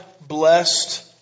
blessed